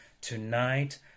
tonight